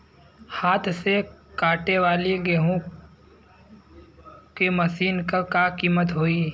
हाथ से कांटेवाली गेहूँ के मशीन क का कीमत होई?